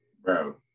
Bro